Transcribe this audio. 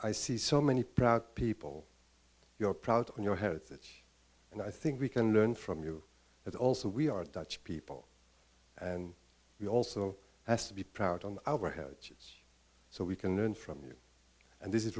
i see so many proud people your proud and your heritage and i think we can learn from you but also we are dutch people and we also has to be proud on our heads so we can learn from you and this is